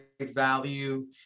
value